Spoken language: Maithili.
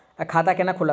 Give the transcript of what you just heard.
खाता केना खुलत?